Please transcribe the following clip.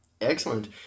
Excellent